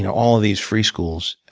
yeah all of these free schools.